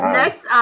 next